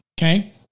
okay